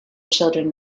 children